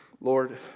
Lord